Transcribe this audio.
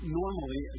normally